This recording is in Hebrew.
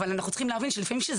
אבל אנחנו צריכים להבין שלפעמים כשזה